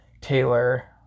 Taylor